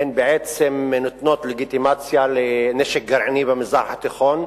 הן בעצם נותנות לגיטימציה לנשק גרעיני במזרח התיכון,